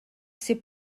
ses